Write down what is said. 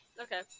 okay